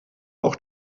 auch